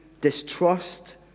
distrust